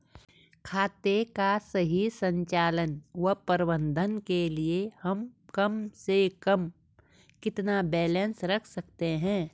खाते का सही संचालन व प्रबंधन के लिए हम कम से कम कितना बैलेंस रख सकते हैं?